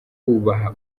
kubaha